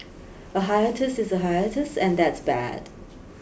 a hiatus is a hiatus and that's bad